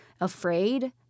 afraid